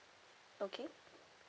okay